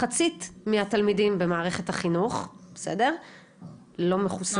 מחצית מהתלמידים במערכת החינוך לא מחוסנים.